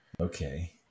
Okay